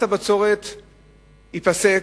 מס הבצורת ייפסק,